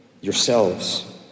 yourselves